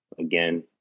Again